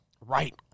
Right